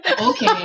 Okay